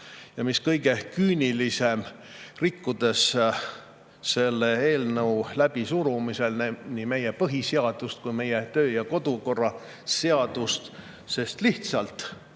Ja mis kõige küünilisem: rikkudes selle eelnõu läbisurumisel nii meie põhiseadust kui ka meie töö- ja kodukorra seadust. Mingisuguse